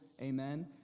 amen